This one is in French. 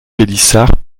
pélissard